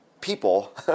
people